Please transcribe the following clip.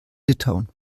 litauen